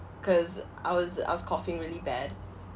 cause I was I was coughing really bad